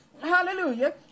hallelujah